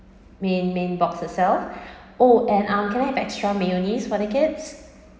main main box itself oh and um can I have extra mayonnaise for the kids